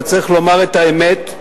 אבל צריך לומר את האמת: